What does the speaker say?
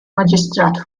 maġistrat